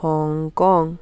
Hong Kong